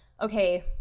okay